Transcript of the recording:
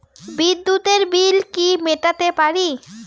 বিদ্যুতের বিল কি মেটাতে পারি?